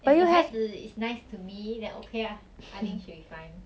if your 孩子 is nice to me then okay ah I think should be fine